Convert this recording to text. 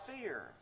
fear